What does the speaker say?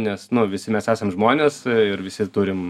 nes nu visi mes esam žmonės ir visi turim